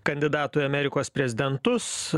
kandidatų į amerikos prezidentus